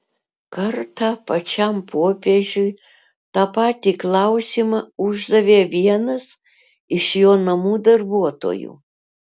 kartą pačiam popiežiui tą patį klausimą uždavė vienas iš jo namų darbuotojų